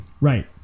right